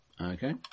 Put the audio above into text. Okay